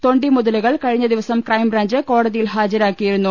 തൊണ്ടി മുതലുകൾ കഴിഞ്ഞ ദിവസം ക്രൈംബ്രാഞ്ച് കോടതിയിൽ ഹാജരാക്കി യിരുന്നു